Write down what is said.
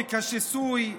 עומק השיסוי,